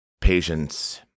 patience